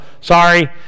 sorry